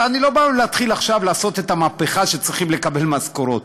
אני לא בא להתחיל עכשיו לעשות את המהפכה שצריכים לקבל משכורות,